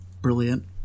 brilliant